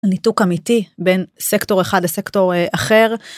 ניתוק אמיתי בין סקטור אחד לסקטור אחר.